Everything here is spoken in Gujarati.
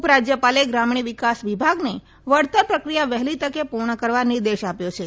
ઉપરાજ્યપાલે ગ્રામીણ વિકાસ વિભાગને વળતર પ્રક્રિયા વહેલી તકે પુર્ણ કરવા નિર્દેશ આપ્યો છે